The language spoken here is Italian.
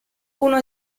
uno